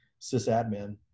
sysadmin